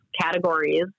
categories